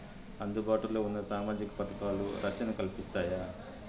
అందుబాటు లో ఉన్న సామాజిక పథకాలు, రక్షణ కల్పిస్తాయా?